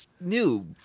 new